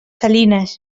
salines